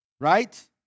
right